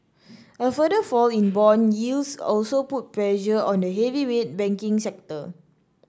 a further fall in bond yields also put pressure on the heavyweight banking sector